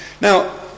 Now